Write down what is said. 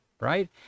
Right